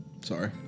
sorry